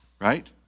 right